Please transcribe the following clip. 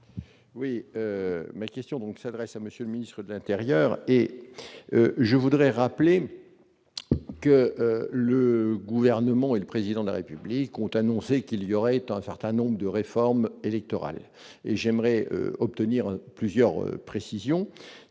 Oui, mais question donc s'adresse à monsieur le ministre de l'Intérieur et je voudrais rappeler que le gouvernement et le président de la République, ont annoncé qu'il y aurait un certain nombre de réformes électorales et j'aimerais obtenir plusieurs précisions